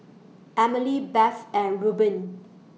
Emely Beth and Reubin